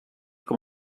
com